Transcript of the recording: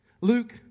Luke